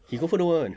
he confirm don't want